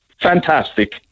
fantastic